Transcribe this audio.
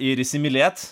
ir įsimylėt